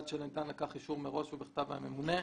שניתן לכך אישור מראש ובכתב מהממונה.